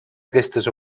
aquestes